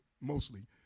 mostly